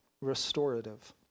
restorative